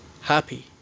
happy